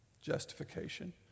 justification